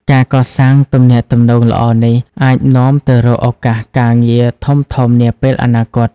ការកសាងទំនាក់ទំនងល្អនេះអាចនាំទៅរកឱកាសការងារធំៗនាពេលអនាគត។